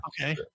Okay